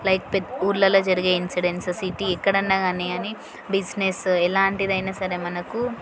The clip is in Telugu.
లైక్ పె ఊళ్ళల్లో జరిగే ఇన్సిడెన్సు సిటీ ఎక్కడన్నా కానీ బిజినెస్సు ఎలాంటిదైనా సరే మనకు